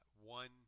one